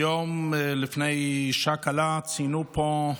היום לפני שעה קלה ציינו פה,